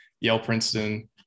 Yale-Princeton